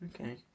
Okay